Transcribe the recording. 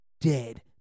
dead